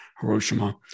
Hiroshima